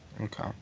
Okay